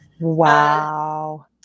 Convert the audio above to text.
Wow